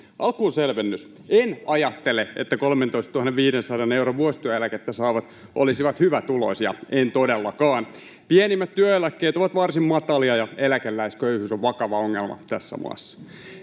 Alkuun selvennys: en ajattele, että 13 500 euron vuosityöeläkettä saavat olisivat hyvätuloisia, en todellakaan. Pienimmät työeläkkeet ovat varsin matalia, ja eläkeläisköyhyys on vakava ongelma tässä maassa.